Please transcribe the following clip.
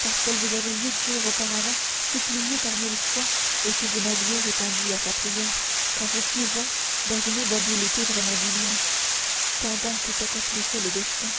parce qu'elle vous avait huit jours auparavant suppliée par mille fois et que vous n'aviez répondu à sa prière qu'en vous figeant dans une immobilité vraiment divine pendant que s'accomplissait le destin